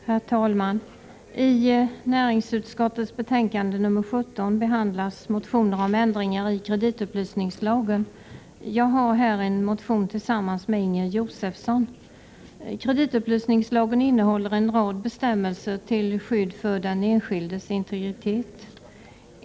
Herr talman! I näringsutskottets betänkande nr 17 behandlas motioner om ändringar i kreditupplysningslagen. Jag har här väckt en motion tillsammans med Inger Josefsson. Kreditupplysningslagen innehåller en rad bestämmelser till skydd för den enskildes integritet.